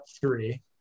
three